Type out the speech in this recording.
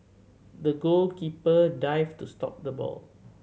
the goalkeeper dived to stop the ball